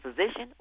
position